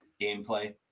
gameplay